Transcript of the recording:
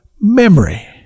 memory